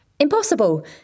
Impossible